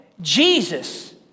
Jesus